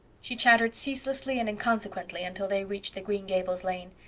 she chattered ceaselessly and inconsequently until they reached the green gables lane.